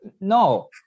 No